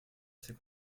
ses